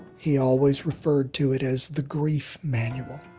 he always referred to it as the grief manual.